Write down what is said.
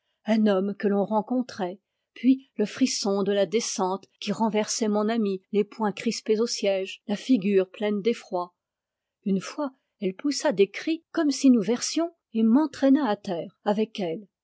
un homme que l on rencontrait puis le frisson de la descente qui renversait mon amie les poings crispés au siège la figure pleine d'effroi une fois elle poussa des cris comme si nous versions et m entraîna à terre avec elle